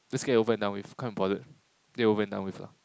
just get it over and done with can't be bothered get it over and done with lah